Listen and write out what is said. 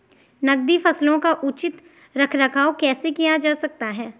नकदी फसलों का उचित रख रखाव कैसे किया जा सकता है?